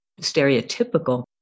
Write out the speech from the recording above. stereotypical